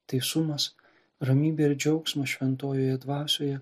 teisumas ramybė ir džiaugsmas šventojoje dvasioje